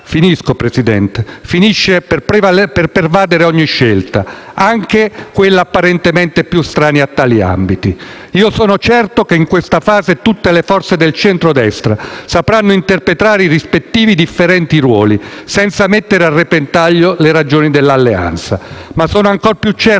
responsabilità, finisce per pervadere ogni scelta, anche quella apparentemente più estranea a tali ambiti. Sono certo che in questa fase tutte le forze del centrodestra sapranno interpretare i rispettivi e differenti ruoli senza mettere a repentaglio le ragioni dell'alleanza. Ma sono ancor più certo che, anche laddove